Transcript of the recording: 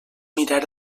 mirar